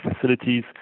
facilities